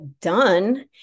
done